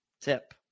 tip